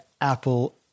Apple